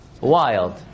wild